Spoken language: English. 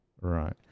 Right